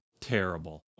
Terrible